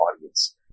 audience